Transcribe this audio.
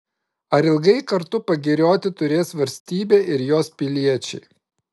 ar ilgai kartu pagirioti turės valstybė ir jos piliečiai